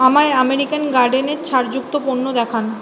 আমায় আমেরিকান গার্ডেনের ছাড় যুক্ত পণ্য দেখান